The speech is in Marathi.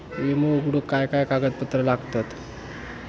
विमो उघडूक काय काय कागदपत्र लागतत?